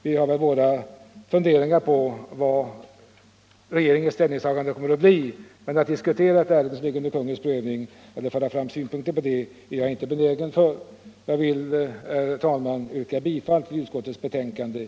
Vi har väl våra funderingar på vilket regeringens ställningstagande kommer att bli, men jag är inte benägen att diskutera eller anlägga synpunkter på ett ärende som prövas av regeringen. Herr talman! Jag yrkar bifall till utskottets hemställan på samtliga punkter. den det ej vill röstar nej. den det ej vill röstar nej.